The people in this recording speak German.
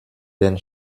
den